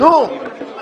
אני רוצה